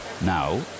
Now